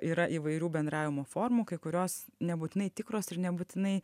yra įvairių bendravimo formų kai kurios nebūtinai tikros ir nebūtinai